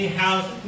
house